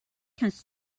cuts